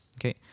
Okay